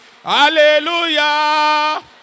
Hallelujah